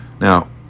Now